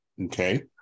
Okay